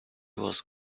was